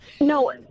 No